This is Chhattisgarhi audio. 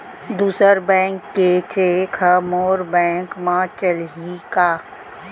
दूसर बैंक के चेक ह मोर बैंक म चलही का?